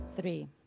three